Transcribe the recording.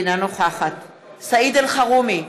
אינה נוכחת סעיד אלחרומי,